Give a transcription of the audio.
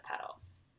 petals